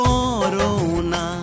Corona